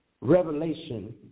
Revelation